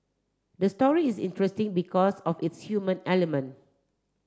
the story is interesting because of its human element